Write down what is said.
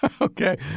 Okay